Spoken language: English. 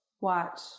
Watch